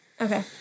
Okay